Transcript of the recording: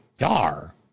yar